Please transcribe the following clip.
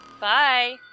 Bye